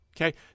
Okay